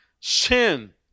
sin